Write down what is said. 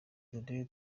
dore